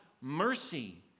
mercy